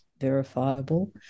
verifiable